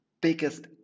biggest